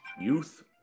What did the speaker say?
Youth